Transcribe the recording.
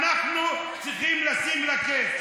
אנחנו צריכים לשים להן קץ.